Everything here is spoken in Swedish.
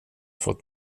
fått